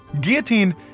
Guillotine